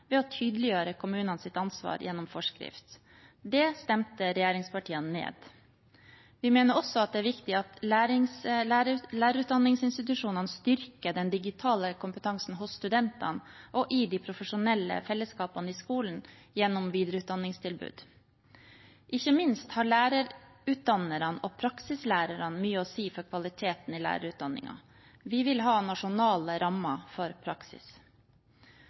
ved å tydeliggjøre kommunenes ansvar gjennom forskrift. Det stemte regjeringspartiene ned. Vi mener også det er viktig at lærerutdanningsinstitusjonene styrker den digitale kompetansen hos studentene og i de profesjonelle fellesskapene i skolen gjennom videreutdanningstilbud. Ikke minst har lærerutdannerne og praksislærerne mye å si for kvaliteten i lærerutdanningen. Vi vil ha nasjonale rammer for praksis.